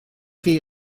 chi